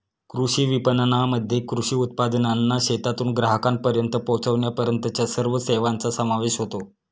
कृषी विपणनामध्ये कृषी उत्पादनांना शेतातून ग्राहकांपर्यंत पोचविण्यापर्यंतच्या सर्व सेवांचा समावेश होतो